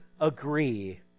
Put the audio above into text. agree